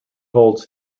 holds